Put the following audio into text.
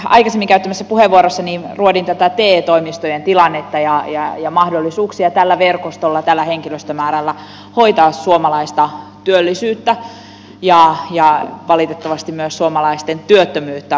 nimittäin aikaisemmin käyttämässäni puheenvuorossa ruodin tätä te toimistojen tilannetta ja mahdollisuuksia tällä verkostolla tällä henkilöstömäärällä hoitaa suomalaista työllisyyttä ja valitettavasti myös suomalaisten työttömyyttä